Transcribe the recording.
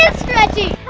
ah stretchy!